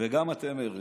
וגם אתם, מרצ,